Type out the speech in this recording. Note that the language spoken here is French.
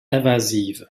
invasives